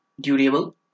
durable